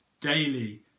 daily